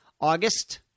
August